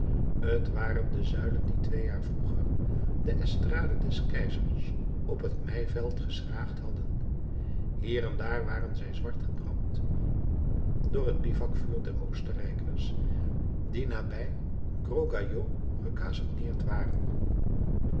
t waren de zuilen die twee jaren vroeger de estrade des keizers op het meiveld geschraagd hadden hier en daar waren zij zwart gebrand door het bivouacvuur der oostenrijkers die nabij gros caillou gekazerneerd waren